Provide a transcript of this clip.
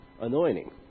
anointing